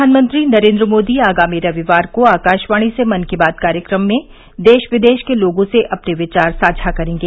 प्रधानमंत्री नरेन्द्र मोदी आगामी रविवार को आकाशवाणी से मन की बात कार्यक्रम में देश विदेश के लोगों से अपने विचार साझा करेंगे